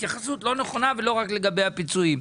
התייחסות לא נכונה, ולא רק לגבי הפיצויים.